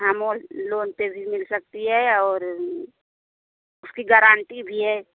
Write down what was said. हाँ मोल लोन पर भी मिल सकती है और उसकी गारांटी भी है